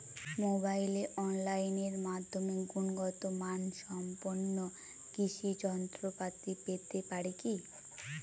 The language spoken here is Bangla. মোবাইলে অনলাইনের মাধ্যমে গুণগত মানসম্পন্ন কৃষি যন্ত্রপাতি পেতে পারি কি?